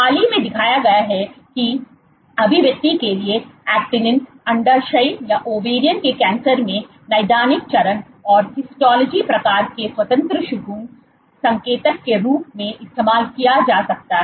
हाल ही में दिखाया गया है की अभिव्यक्ति के लिए ऐक्टिनिन अंडाशय के कैंसर में नैदानिक चरण और हिस्टोरोलॉजी प्रकार से स्वतंत्र शकुन संकेतक के रूप में इस्तेमाल किया जा सकता है